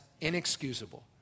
inexcusable